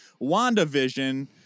WandaVision